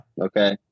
Okay